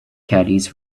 caddies